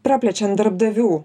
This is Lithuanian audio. praplečiant darbdavių